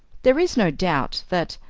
there is no doubt that,